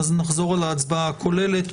נחזור על ההצבעה הכוללת.